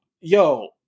Yo